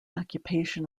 occupation